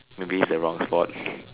maybe is the wrong spot